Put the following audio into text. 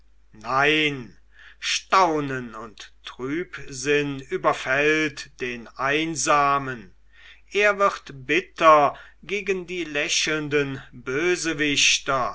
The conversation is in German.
nein staunen und trübsinn überfällt den einsamen er wird bitter gegen die lächelnden bösewichter